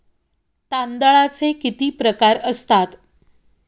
तांदळाचे किती प्रकार असतात?